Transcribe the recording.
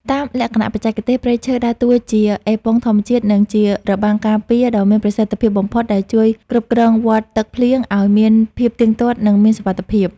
តាមលក្ខណៈបច្ចេកទេស ព្រៃឈើដើរតួជា អេប៉ុងធម្មជាតិ និងជារបាំងការពារ ដ៏មានប្រសិទ្ធភាពបំផុតដែលជួយគ្រប់គ្រងវដ្តទឹកភ្លៀងឱ្យមានភាពទៀងទាត់ និងមានសុវត្ថិភាព។